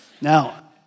Now